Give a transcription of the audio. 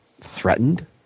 threatened